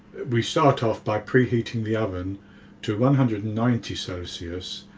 we start off by preheating the oven to one hundred and ninety celsius